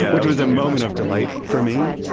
which was a moment of delight for me.